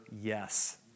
yes